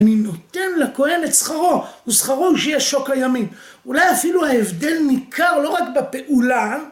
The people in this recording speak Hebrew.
מי נותן לכהן את שכרו, ושכרו הוא שיהיה שוק הימין. אולי אפילו ההבדל ניכר לא רק בפעולה...